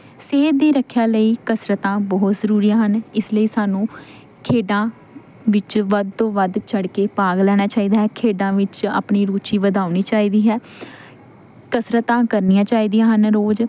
ਸਿਹਤ ਦੀ ਰੱਖਿਆ ਲਈ ਕਸਰਤਾਂ ਬਹੁਤ ਜ਼ਰੂਰੀ ਹਨ ਇਸ ਲਈ ਸਾਨੂੰ ਖੇਡਾਂ ਵਿੱਚ ਵੱਧ ਤੋਂ ਵੱਧ ਚੜ੍ਹ ਕੇ ਭਾਗ ਲੈਣਾ ਚਾਹੀਦਾ ਹੈ ਖੇਡਾਂ ਵਿੱਚ ਆਪਣੀ ਰੁਚੀ ਵਧਾਉਣੀ ਚਾਹੀਦੀ ਹੈ ਕਸਰਤਾਂ ਕਰਨੀਆਂ ਚਾਹੀਦੀਆਂ ਹਨ ਰੋਜ਼